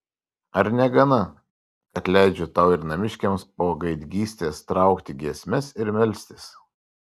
ar negana kad leidžiu tau ir namiškiams po gaidgystės traukti giesmes ir melstis